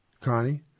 Connie